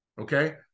Okay